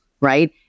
right